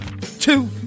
two